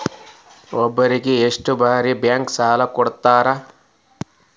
ಒಬ್ಬರಿಗೆ ಎಷ್ಟು ಬ್ಯಾಂಕ್ ಸಾಲ ಕೊಡ್ತಾರೆ?